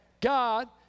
God